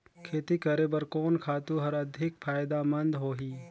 खेती करे बर कोन खातु हर अधिक फायदामंद होही?